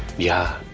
yeah,